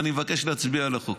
ואני מבקש להצביע על החוק.